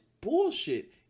bullshit